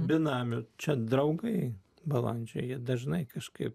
benamių čia draugai balandžiai jie dažnai kažkaip